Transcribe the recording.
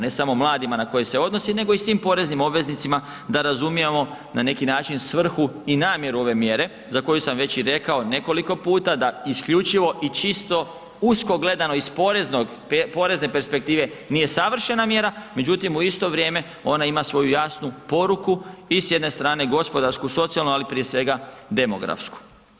Ne samo mladima na koje se odnosi, nego i svim poreznim obveznicima da razumijemo na neki način svrhu i namjeru ove mjere za koju sam već i rekao nekoliko puta da isključivo i čisto usko gledano iz porezne perspektive nije savršena mjera, međutim u isto vrijeme ona ima svoju jasnu poruku i s jedne strane gospodarsku, socijalnu, ali prije svega demografsku.